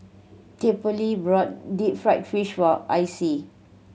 Theophile brought deep fried fish for Icie